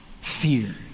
fear